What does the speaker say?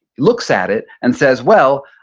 looks at it and says, well,